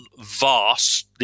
vast